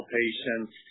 patients